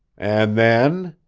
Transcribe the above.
and then